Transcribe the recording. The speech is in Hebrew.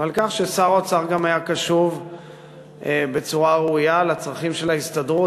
ועל כך ששר האוצר גם היה קשוב בצורה ראויה לצרכים של ההסתדרות,